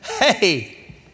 hey